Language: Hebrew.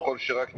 ככל שרק ניתן.